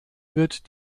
wird